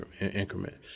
increment